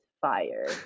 fire